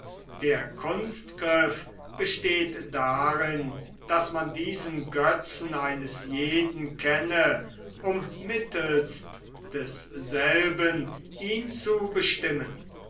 der kunstgriff besteht darin daß man diesen götzen eines jeden kenne um mittelst desselben ihn zu bestimmen